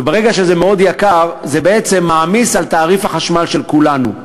וברגע שזה מאוד יקר זה בעצם מעמיס על תעריף החשמל של כולנו.